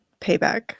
payback